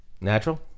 Natural